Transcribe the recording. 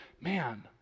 man